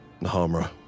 Nahamra